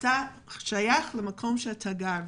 אלא מבחינת השתייכותו למקום המגורים.